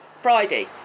Friday